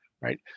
right